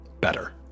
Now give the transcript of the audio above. better